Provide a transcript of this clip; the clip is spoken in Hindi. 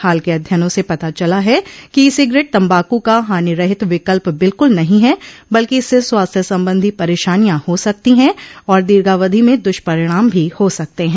हाल के अध्ययनों से पता चला है कि ई सिगरेट तम्बाकू का हानिरहित विकल्प बिल्कुल नहीं है बल्कि इससे स्वास्थ्य संबंधी परेशानियां हो सकती है और दीर्धावधि में द्रष्परिणाम भी हो सकते हैं